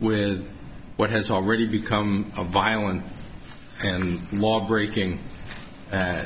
with what has already become a violent and law breaking a